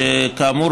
כאמור,